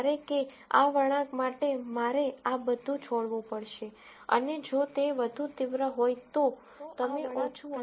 જ્યારે કે આ વળાંક માટે મારે આ બધું છોડવું પડશે અને જો તે વધુ તીવ્ર હોય તો તમે ઓછું અને ઓછું છોડો